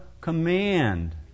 command